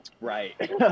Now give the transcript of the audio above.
Right